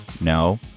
No